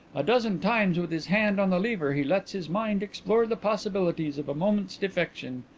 a dozen times with his hand on the lever he lets his mind explore the possibilities of a moment's defection.